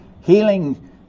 healing